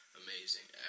amazing